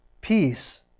Peace